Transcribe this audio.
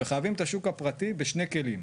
וחייבים את השוק הפרטי בשני כלים.